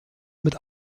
mit